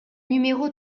numéro